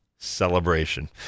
Celebration